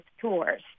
tours